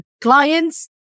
clients